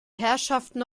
herrschaften